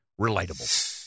relatable